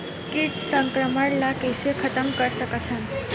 कीट संक्रमण ला कइसे खतम कर सकथन?